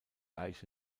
eiche